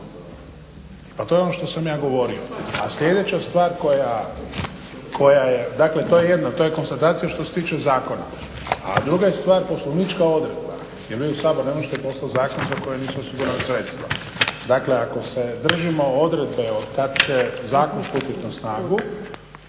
To je ono što sam ja govorio. A sljedeća stvar koja je dakle to je jedno to je konstatacija što se tiče zakona, a druga je stvar poslovnička odredba jer vi u Sabor ne možete poslati zakon za koji nisu osigurana sredstva. Dakle ako se držimo odredbe od kada će zakon stupiti na snagu